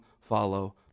follow